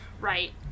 right